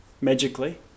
magically